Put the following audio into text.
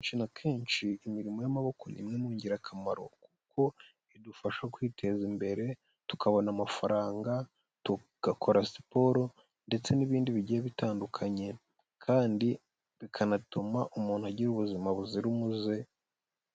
Kenshi na kenshi imirimo y'amaboko ni imwe mu ingirakamaro, kuko idufasha kwiteza imbere, tukabona amafaranga, tugakora siporo ndetse n'ibindi bigiye bitandukanye kandi bikanatuma umuntu agira ubuzima buzira umuze.